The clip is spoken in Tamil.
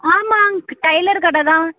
ஆமாங்க டைலர் கடைதான்